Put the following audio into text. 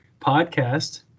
podcast